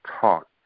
talk